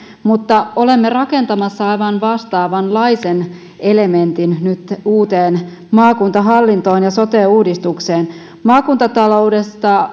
mutta olemme rakentamassa aivan vastaavanlaisen elementin nyt uuteen maakuntahallintoon ja sote uudistukseen maakuntatalouden